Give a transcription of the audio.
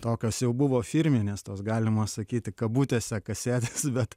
tokios jau buvo firminės tos galima sakyti kabutėse kasetės bet